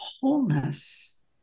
wholeness